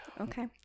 okay